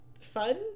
fun